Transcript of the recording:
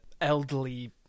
elderly